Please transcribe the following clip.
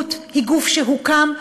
הנציבות היא גוף שהוקם,